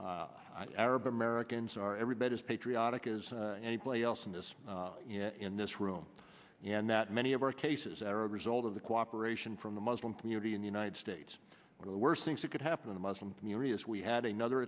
are americans are every bit as patriotic as anybody else in this in this room and that many of our cases are a result of the cooperation from the muslim community in the united states one of the worst things that could happen in a muslim community is we had another